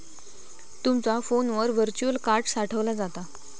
तुमचा फोनवर virtual card साठवला जाता